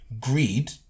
Greed